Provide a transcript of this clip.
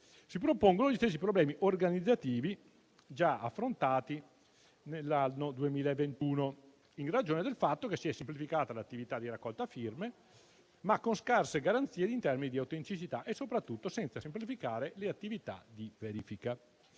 si propongono gli stessi problemi organizzativi già affrontati nell'anno 2021, in ragione del fatto che si è semplificata l'attività di raccolta firme, ma con scarse garanzie in termini di autenticità e soprattutto senza semplificare le attività di verifica.